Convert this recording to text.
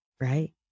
right